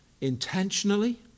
intentionally